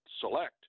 select